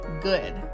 good